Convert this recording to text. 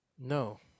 no